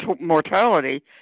mortality